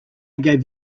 gave